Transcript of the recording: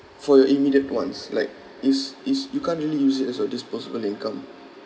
for your immediate wants like is is you can't really use it as a disposable income